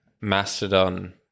Mastodon